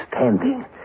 standing